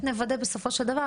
בסופו של דבר,